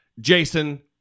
Jason